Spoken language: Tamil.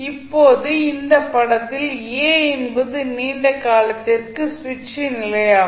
இப்போது இந்த படத்தில் a என்பது நீண்ட காலத்திற்கு சுவிட்ச்சின் நிலை ஆகும்